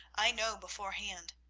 i know beforehand.